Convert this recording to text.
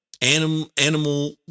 animal